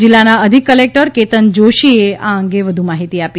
જીલ્લાના અધિક કલેકટર કેતન જોષીએ આ અંગે માહિતી આપી